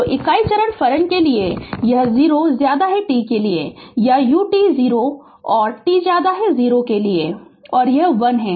तो इकाई चरण फलन के लिए कि t 0 के लिए u t 0 है और t 0 के लिए 1 है